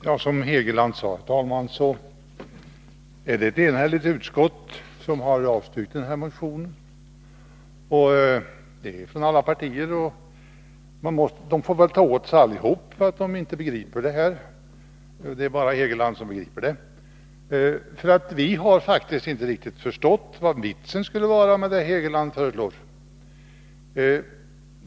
Herr talman! Som Hugo Hegeland sade är det ett enhälligt utskott som har avstyrkt denna motion. I utskottet finns ledamöter från alla partier, och de får väl alla ta åt sig för att de inte begriper detta. Det är bara Hugo Hegeland som begriper. Vi har faktiskt inte riktigt förstått vad vitsen skulle vara med det som Hugo Hegeland föreslår.